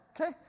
Okay